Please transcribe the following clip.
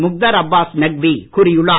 முக்தார் அப்பாஸ் நக்வி கூறியுள்ளார்